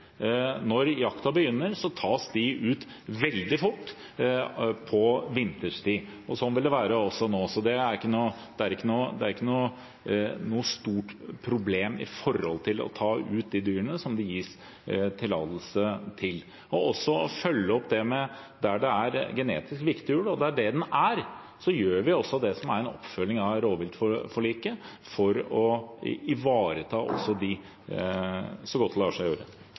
Når jakten begynner, tas de ut veldig fort på vinterstid. Sånn vil det også være nå. Så det er ikke noe stort problem med hensyn til å ta ut de dyrene som det gis tillatelse til. Ved å følge opp der det er genetisk viktig ulv – og det er det den er – følger vi også opp rovviltforliket for å ivareta også dem så godt det lar seg gjøre.